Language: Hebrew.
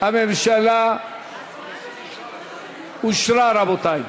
הממשלה אושרה, רבותי.